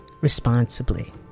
responsibly